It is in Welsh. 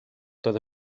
doedd